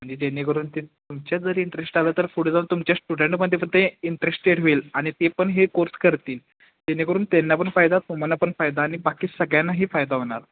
आणि जेणेकरून ते तुमच्या जरी इंटरेस्ट आलं तर पुढे जाऊन तुमच्या स्टुडंटमध्ये पण ते इंटरेस्टेड होईल आणि ते पण हे कोर्स करतील जेणेकरून त्यांना पण फायदा तुम्हाला पण फायदा आणि बाकी सगळ्यांनाही फायदा होणार